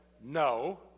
no